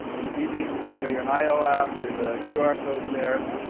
it's easy. you got your i o app. there's a qr code there.